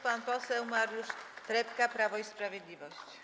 Pan poseł Mariusz Trepka, Prawo i Sprawiedliwość.